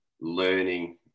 learning